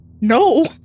No